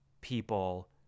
people